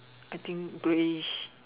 I think grayish